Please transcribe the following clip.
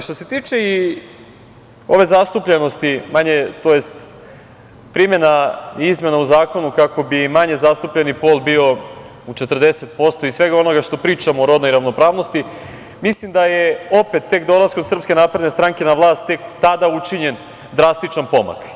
Što se tiče i ove zastupljenosti, tj. primena izmena u zakonu kako bi manje zastupljeni pol bio u 40% i svega onoga što pričamo o rodnoj ravnopravnosti, mislim da je opet tek dolaskom SNS na vlast tek tada učinjen drastičan pomak.